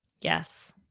Yes